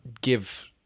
give